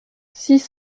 six